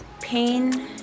pain